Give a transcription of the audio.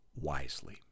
wisely